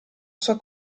sua